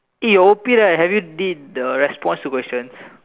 eh your O_P right have you did the response to questions